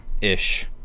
ish